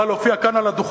בכלל הופיעה כאן על הדוכן,